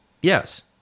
Yes